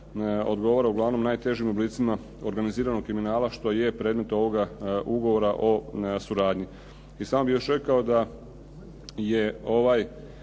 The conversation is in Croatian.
odgovara uglavnom najtežim oblicima organiziranog kriminala, što je predmet ovoga ugovora o suradnji. I samo bih još rekao da je ovaj